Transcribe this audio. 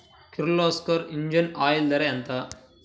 Kirloskar engine oil ధర ఎంత?